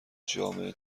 جامعه